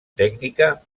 tècnica